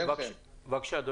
בבקשה.